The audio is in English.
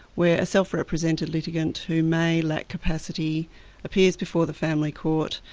where a self-represented litigant who may lack capacity appears before the family court,